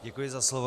Děkuji za slovo.